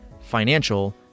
financial